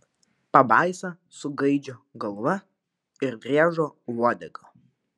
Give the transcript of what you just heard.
pabaisa su gaidžio galva ir driežo uodega